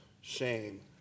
shame